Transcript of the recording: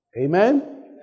Amen